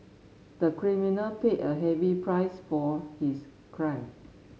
the criminal paid a heavy price for his crime